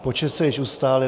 Počet se již ustálil.